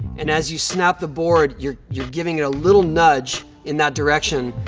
and as you snap the board, you're you're giving it a little nudge in that direction,